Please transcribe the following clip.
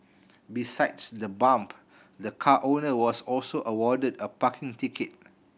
besides the bump the car owner was also awarded a parking ticket